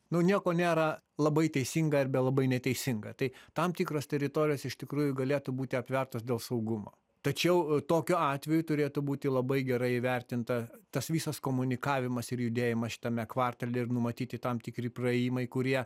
nu nieko nėra labai teisinga arba labai neteisinga tai tam tikros teritorijos iš tikrųjų galėtų būti aptvertos dėl saugumo tačiau tokiu atveju turėtų būti labai gerai įvertinta tas visas komunikavimas ir judėjimas šitame kvartale ir numatyti tam tikri praėjimai kurie